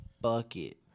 Bucket